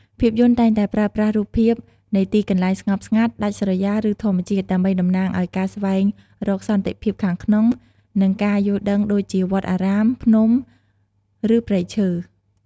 ភាពយន្តតែងតែប្រើប្រាស់រូបភាពនៃទីកន្លែងស្ងប់ស្ងាត់ ដាច់ស្រយាល ឬធម្មជាតិ ដើម្បីតំណាងឱ្យការស្វែងរកសន្តិភាពខាងក្នុង និងការយល់ដឹងដូចជាវត្តអារាម ភ្នំ ឬព្រៃឈើ។